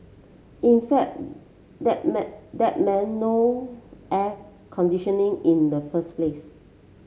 in fact that that meant no air conditioning in the first place